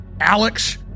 Alex